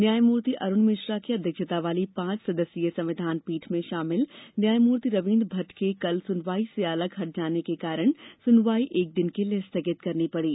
न्यायमूर्ति अरुण मिश्रा की अध्यक्षता वाली पांच सदस्यीय संविधान पीठ में शामिल न्यायमूर्ति रवीन्द्र भट के कल सुनवाई से अलग हट जाने के कारण सुनवाई एक दिन के लिए स्थगित करनी पड़ी